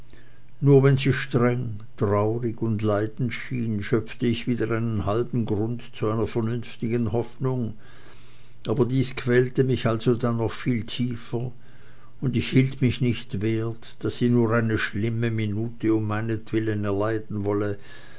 nur wenn sie streng traurig und leidend schien schöpfte ich wieder einen halben grund zu einer vernünftigen hoffnung aber dies quälte mich alsdann noch viel tiefer und ich hielt mich nicht wert daß sie nur eine schlimme minute um meinetwillen erleiden sollte